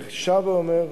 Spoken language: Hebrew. אני שב ואומר,